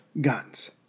guns